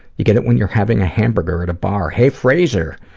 you get it when you're having a hamburger at a bar. hey, fraser!